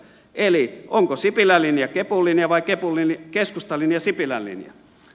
eli onko sipilän linja kepun linja vai keskustan linja sipilän linja